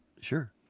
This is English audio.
Sure